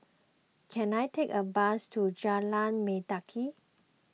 can I take a bus to Jalan Mendaki